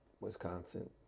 Wisconsin